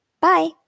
Bye